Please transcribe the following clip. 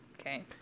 okay